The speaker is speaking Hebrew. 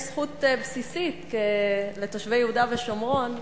יש זכות בסיסית לתושבי יהודה ושומרון,